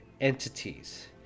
entities